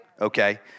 okay